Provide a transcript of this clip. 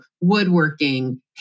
woodworking